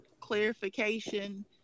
clarification